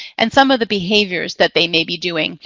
and some of the behaviors that they may be doing.